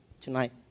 tonight